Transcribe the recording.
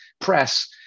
press